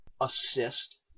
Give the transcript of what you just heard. assist